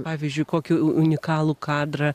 pavyzdžiui kokį unikalų kadrą